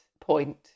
point